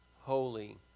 holy